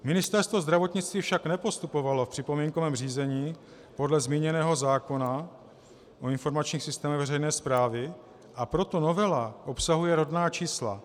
Ministerstvo zdravotnictví však nepostupovalo v připomínkovém řízení podle zmíněného zákona o informačních systémech veřejné správy, a proto novela obsahuje rodná čísla.